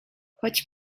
choć